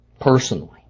personally